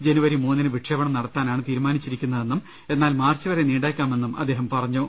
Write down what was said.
ജനുവരി മൂന്നിന് വിക്ഷേപണം നടത്താനാണ് തീരുമാനിച്ചിരിക്കുന്നതെന്നും എന്നാൽ മാർച്ച് വരെ നീണ്ടേക്കാമെന്നും അദ്ദേഹം അറിയിച്ചു